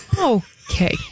Okay